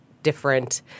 different